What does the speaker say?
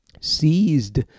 seized